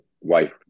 wife